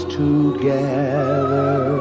together